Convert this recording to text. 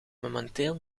momenteel